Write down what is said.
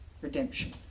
redemption